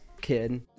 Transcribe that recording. kid